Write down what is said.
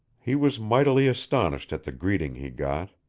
he was mightily astonished at the greeting he got.